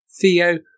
Theo